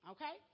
Okay